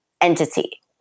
entity